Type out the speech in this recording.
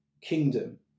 kingdom